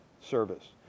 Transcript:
service